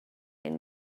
and